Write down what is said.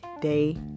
day